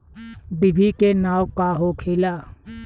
डिभी के नाव का होखेला?